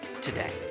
today